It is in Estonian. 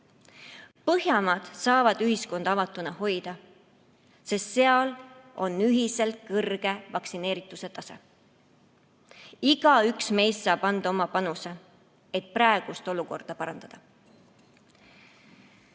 Põhjamaad saavad ühiskonda avatuna hoida, sest seal on kõrge vaktsineerituse tase. Igaüks meist saab anda oma panuse, et praegust olukorda parandada.